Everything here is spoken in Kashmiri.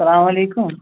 سَلامَ علیکُم